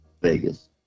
Vegas